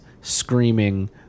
screaming